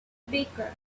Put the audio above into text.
baker